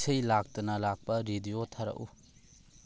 ꯏꯁꯩ ꯂꯥꯛꯇꯅ ꯂꯥꯛꯄ ꯔꯦꯗꯤꯑꯣ ꯊꯥꯔꯛꯎ